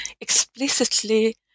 explicitly